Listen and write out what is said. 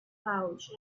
pouch